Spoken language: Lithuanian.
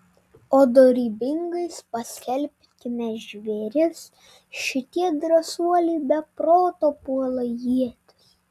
o dorybingais paskelbkime žvėris šitie drąsuoliai be proto puola ietis